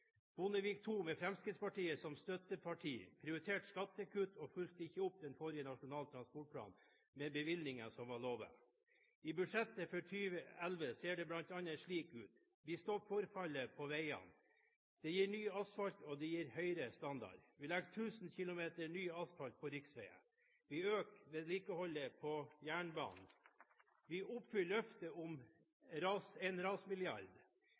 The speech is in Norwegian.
Bondevik II, med Fremskrittspartiet som støtteparti, prioriterte skattekutt og fulgte ikke opp den forrige Nasjonal transportplan med bevilgninger som var lovet. I budsjettet for 2011 ser det bl.a. slik ut: Vi stopper forfallet på veiene. Det gir ny asfalt, og det gir høyere standard. Vi legger 1 000 km ny asfalt på riksveiene. Vi øker vedlikeholdet på jernbane. Vi oppfyller løftet om en